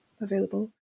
available